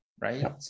right